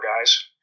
guys